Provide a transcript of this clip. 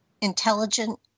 intelligent